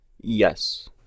Yes